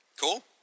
Cool